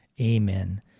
Amen